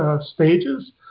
Stages